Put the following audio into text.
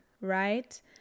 right